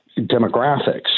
demographics